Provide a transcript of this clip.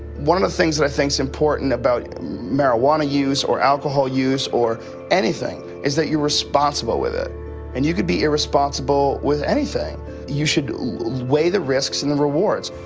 one of the things i think is important about marijuana use or alcohol use or anything is that you're responsible with it and you could be irresponsible with anything and you should weigh the risks and the rewards.